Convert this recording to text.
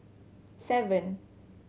seven